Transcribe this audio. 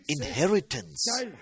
inheritance